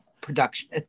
production